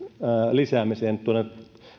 lisäämiseen tuonne